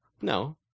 no